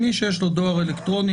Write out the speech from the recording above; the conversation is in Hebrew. מי שיש לו דואר אלקטרוני,